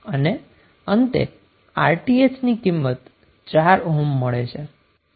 અને અંતે RTh ની કિંમત 4 ઓહ્મ મળે છે